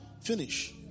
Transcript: Finish